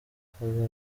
akazana